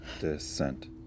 descent